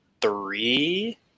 three